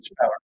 power